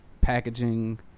packaging